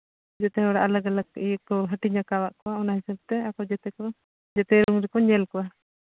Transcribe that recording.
ᱡᱮᱛᱮ ᱦᱚᱲ ᱟᱞᱟᱜᱽ ᱟᱞᱟᱜᱽ ᱤᱭᱟᱹ ᱠᱚ ᱦᱟᱹᱴᱤᱧ ᱠᱟᱜ ᱠᱚᱣᱟ ᱚᱱᱟ ᱦᱤᱥᱟᱹᱵᱽ ᱛᱮ ᱟᱠᱚ ᱡᱮᱛᱮ ᱠᱚ ᱡᱮᱛᱮ ᱨᱩᱢ ᱨᱮᱠᱚ ᱧᱮᱞ ᱠᱚᱣᱟ